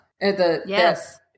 Yes